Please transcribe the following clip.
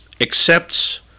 accepts